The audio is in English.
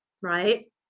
right